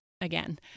again